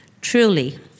Truly